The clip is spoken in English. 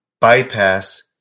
bypass